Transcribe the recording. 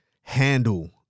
handle